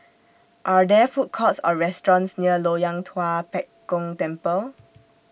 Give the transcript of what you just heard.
Are There Food Courts Or restaurants near Loyang Tua Pek Kong Temple